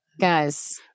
guys